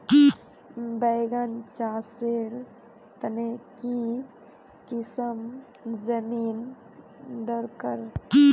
बैगन चासेर तने की किसम जमीन डरकर?